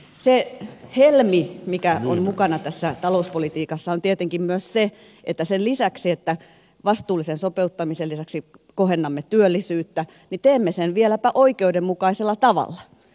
se helmi mikä on mukana tässä talouspolitiikassa on tietenkin myös se että sen lisäksi että vastuullisen sopeuttamisen lisäksi kohennamme työllisyyttä teemme sen vieläpä oikeudenmukaisella tavalla